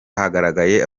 hagaragaye